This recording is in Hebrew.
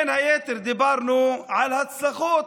בין היתר, דיברנו על הצלחות